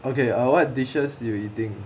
okay err what dishes you eating